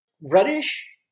Reddish